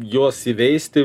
juos įveisti